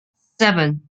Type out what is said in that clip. seven